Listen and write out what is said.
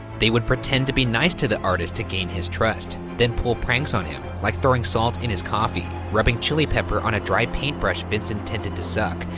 they would pretend to be nice to the artist to gain his trust, then pull pranks on him, like throwing salt in his coffee, rubbing chili paper on a dry paintbrush vincent tended to suck,